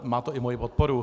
Má to i moji podporu.